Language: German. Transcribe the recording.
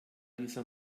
dieser